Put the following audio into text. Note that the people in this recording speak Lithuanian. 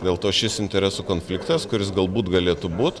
dėl to šis interesų konfliktas kuris galbūt galėtų būt